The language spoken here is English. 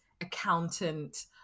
Accountant